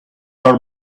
her